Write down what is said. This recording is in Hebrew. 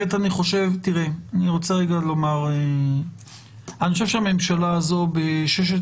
אני רוצה לומר שאני חושב שהממשלה הזאת בששת